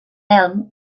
elm